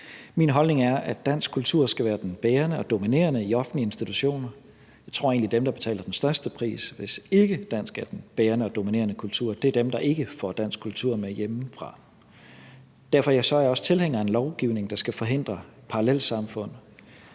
Min holdning er, at dansk kultur skal være den bærende og dominerende i offentlige institutioner. Jeg tror egentlig, at dem, der betaler den højeste pris, hvis dansk kultur ikke er den bærende, er dem, der ikke får dansk kultur med hjemmefra. Derfor er jeg også tilhænger af en lovgivning, der skal forhindre parallelsamfund,